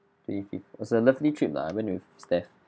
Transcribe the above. twenty fifth it was a lovely trip lah I went with stef